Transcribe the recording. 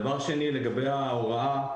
דבר שני לגבי ההוראה.